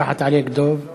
ראחת עליכּ, דב.